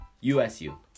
USU